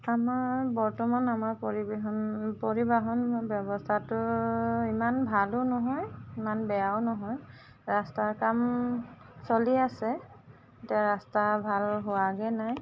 আমাৰ বৰ্তমান আমাৰ পৰিবেহন পৰিবাহণ ব্যৱস্থাটো ইমান ভালো নহয় ইমান বেয়াও নহয় ৰাস্তাৰ কাম চলি আছে এতিয়া ৰাস্তা ভাল হোৱাগৈ নাই